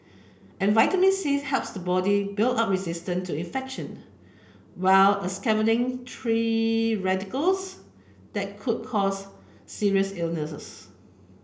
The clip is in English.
and vitamin C helps the body build up resistance to infection while a scavenging tree radicals that could cause serious illnesses